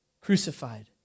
crucified